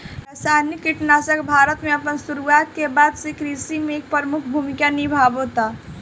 रासायनिक कीटनाशक भारत में अपन शुरुआत के बाद से कृषि में एक प्रमुख भूमिका निभावता